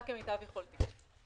המשפטית.